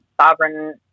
sovereign